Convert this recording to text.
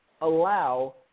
allow